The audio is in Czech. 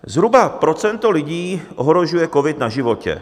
Zhruba procento lidí ohrožuje covid na životě.